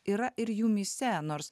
yra ir jumyse nors